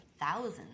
thousands